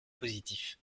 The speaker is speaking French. positif